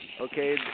okay